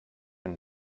and